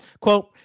Quote